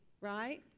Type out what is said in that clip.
right